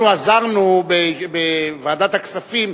אנחנו עזרנו בוועדת הכספים